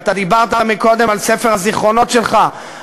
אתה דיברת קודם לכן על ספר הזיכרונות שלך,